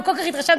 וכל כך התרשמתי,